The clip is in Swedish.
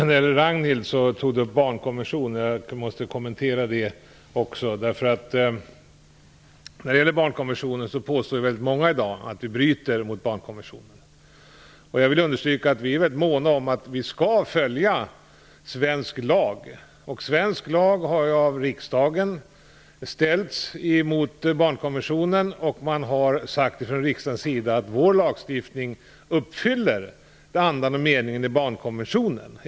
Fru talman! Ragnhild Pohanka tog upp barnkonventionen. Jag måste kommentera detta också. Många påstår att vi bryter mot barnkonventionen. Men jag vill understryka att vi är måna om att vi skall följa svensk lag. Svensk lag har av riksdagen ställts emot barnkonventionen och riksdagen har sagt att vår lagstiftning uppfyller andan och meningen i barnkonventionen.